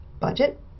budget